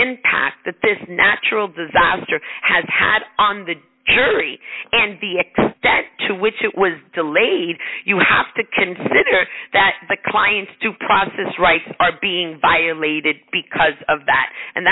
impact that this natural disaster has had on the jury and the extent to which it was delayed you have to consider that the client's due process rights are being violated because of that and